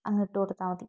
അങ്ങ് ഇട്ടു കൊടുത്താൽ മതി